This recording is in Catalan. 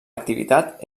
activitat